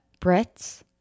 Brits